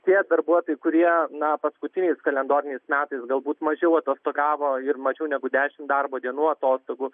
tie darbuotojai kurie na paskutiniais kalendoriniais metais galbūt mažiau atostogavo ir mažiau negu dešimt darbo dienų atostogų